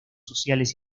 sociales